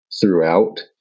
throughout